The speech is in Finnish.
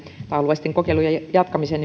alueellisten kokeilujen jatkamisen